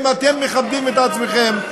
אם אתם מכבדים את עצמכם,